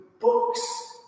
books